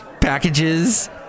packages